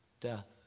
death